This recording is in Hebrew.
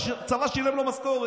הצבא עוד שילם לו משכורת.